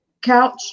couch